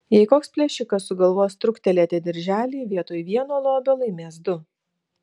jei koks plėšikas sugalvos truktelėti dirželį vietoj vieno lobio laimės du